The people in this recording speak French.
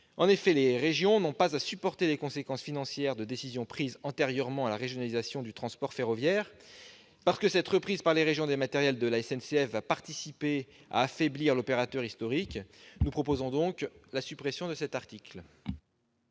En effet, les régions n'ont pas à supporter les conséquences financières de décisions prises antérieurement à la régionalisation du transport ferroviaire. Parce que cette reprise par les régions des matériels de la SNCF participera à l'affaiblissement de l'opérateur historique, nous proposons donc la suppression de cet article.